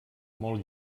molt